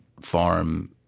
farm